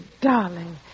darling